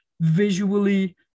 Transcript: visually